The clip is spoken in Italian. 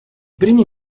primi